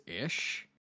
ish